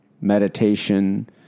meditation